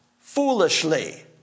foolishly